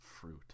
fruit